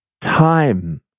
time